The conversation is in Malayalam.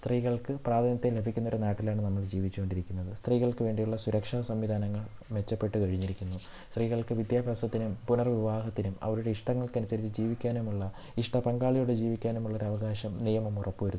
സ്ത്രീകൾക്ക് പ്രാതിനിധ്യം ലഭിക്കുന്ന ഒരു നാട്ടിലാണ് നമ്മൾ ജീവിച്ചു കൊണ്ടിരിക്കുന്നത് സ്ത്രീകൾക്ക് വേണ്ടിയുള്ള സുരക്ഷാസംവിധാനങ്ങൾ മെച്ചപ്പെട്ടു കഴിഞ്ഞിരിക്കുന്നു സ്ത്രീകൾക്ക് വിദ്യാഭ്യാസത്തിനും പുനർവിവാഹത്തിനും അവരുടെ ഇഷ്ടങ്ങൾക്കനുസരിച്ച് ജീവിക്കാനുമുള്ള ഇഷ്ട പങ്കാളിയോട് ജീവിക്കാനുള്ള ഒരു അവകാശം നിയമം ഉറപ്പുവരുത്തുന്നു